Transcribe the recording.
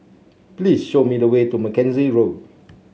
please show me the way to Mackenzie Road